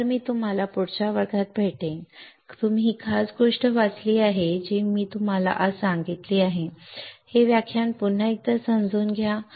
तर मी तुम्हाला पुढच्या वर्गात भेटेन तुम्ही ही खास गोष्ट वाचली आहे जी मी तुम्हाला आज सांगितली आहे हे व्याख्यान पुन्हा एकदा समजून घ्या ना